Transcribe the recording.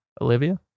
Olivia